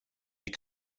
des